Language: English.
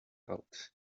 out